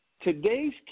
Today's